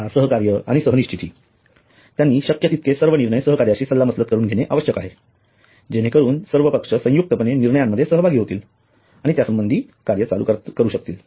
सल्ला सहकार्य आणि सह निश्चिती त्यांनी शक्य तितके सर्व निर्णय सहकार्यांशी सल्लामसलत करून घेणे आवश्यक आहे जेणेकरून सर्व पक्ष संयुक्तपणे निर्णयामध्ये सहभागी होतात आणि त्यासंबंधी कार्य चालू करतात